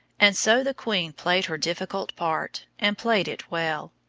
and so the queen played her difficult part, and played it well.